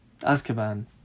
Azkaban